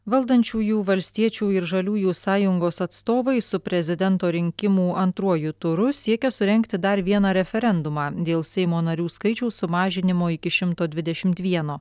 valdančiųjų valstiečių ir žaliųjų sąjungos atstovai su prezidento rinkimų antruoju turu siekia surengti dar vieną referendumą dėl seimo narių skaičiaus sumažinimo iki šimto dvidešimt vieno